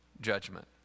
judgment